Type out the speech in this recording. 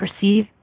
perceive